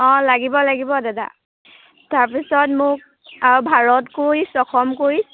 অঁ লাগিব লাগিব দাদা তাৰ পিছত মোক আৰু ভাৰত কুইছ অসম কুইছ